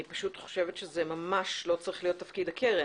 אני פשוט חושבת שזה ממש לא צריך להיות תפקיד הקרן.